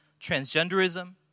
Transgenderism